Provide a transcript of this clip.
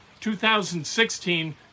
2016